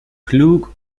klug